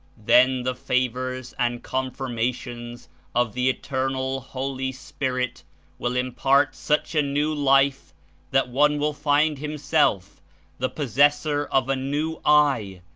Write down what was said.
then the favors and confirmations of the eternal holy spirit will impart such a new life that one will find himself the possessor of a new eye,